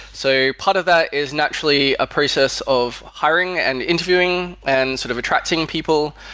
so part of that is actually a process of hiring and interviewing and sort of attracting people.